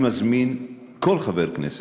אני מזמין כל חבר כנסת,